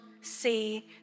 see